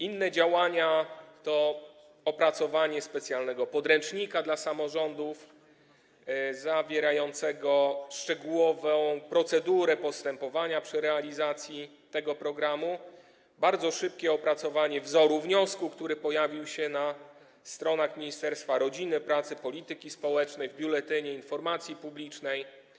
Inne działania to: opracowanie specjalnego podręcznika dla samorządów zawierającego szczegółową procedurę postępowania przy realizacji tego programu, bardzo szybkie opracowanie wzoru wniosku, który pojawił się na stronach Ministerstwa Rodziny, Pracy i Polityki Społecznej, w Biuletynie Informacji Publicznej.